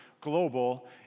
global